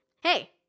Hey